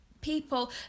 people